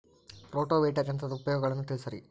rotavator ಯಂತ್ರದ ಉಪಯೋಗಗಳನ್ನ ತಿಳಿಸಿರಿ